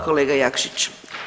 kolega Jakšiću.